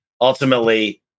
ultimately